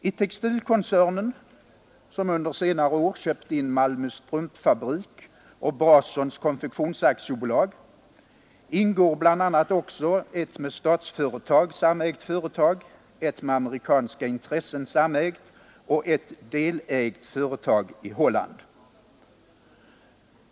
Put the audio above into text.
I textilkoncernen, som under senare år köpt AB Malmö Strumpfabrik och Brasons Konfektions AB, ingår bl.a. också ett med Statsföretag samägt företag, ett med amerikanska intressenter samägt företag och ett delägt företag i Holland.